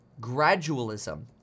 gradualism